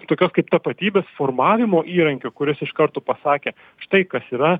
tokios kaip tapatybės formavimo įrankiu kuris iš karto pasakė štai kas yra